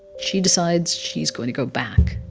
she decides she's going to go back,